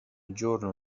giorno